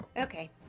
Okay